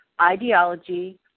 ideology